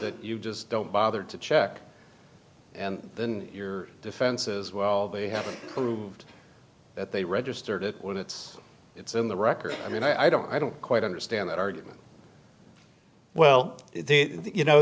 that you just don't bother to check and then your defenses well they haven't proved that they registered it when it's it's in the record i mean i don't i don't quite understand that argument well you know